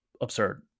absurd